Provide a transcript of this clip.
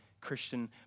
Christian